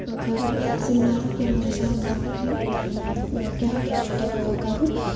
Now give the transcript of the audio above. خٲطرٕ سٮ۪منار اَکھ یَتھ منٛز اَسہِ وَننہٕ آو کہِ یہِ کیٛاہ کیٛاہ چھُ تۄہہِ پیٚوان کَرُن